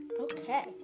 okay